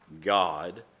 God